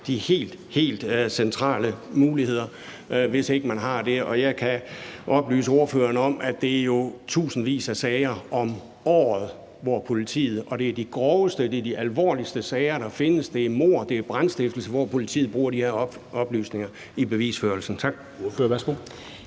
de helt, helt centrale muligheder, hvis ikke man har det. Og jeg kan oplyse ordføreren om, at det jo drejer sig om tusindvis af sager om året. Det er i de groveste og de alvorligste sager, der findes – det er mord, det er brandstiftelse – hvor politiet bruger de her oplysninger i bevisførelsen. Tak.